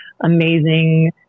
amazing